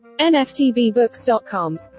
nftbbooks.com